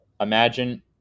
Imagine